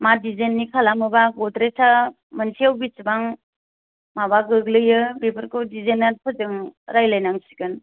मा दिजेन्नि खालामोबा गद्रेसआ मोनसेयाव बिसिबां माबा गोग्लैयो बेफोरखौ दिजाइनारफोरजों रायलायनांसिगोन